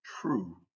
true